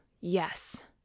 Yes